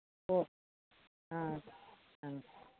ꯑꯣ ꯑꯥ ꯑꯥ